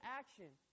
action